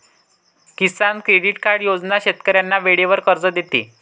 किसान credit card योजना शेतकऱ्यांना वेळेवर कर्ज देते